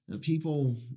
People